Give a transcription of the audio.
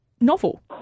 novel